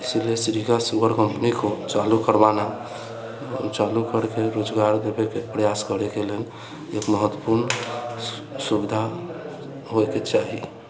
इसिलिए Riga sugar company को चालू करवाना चालू करिके रोजगार देबेके प्रयास करैके लेल एक महत्वपूर्ण सुविधा होइके चाही